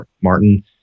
Martin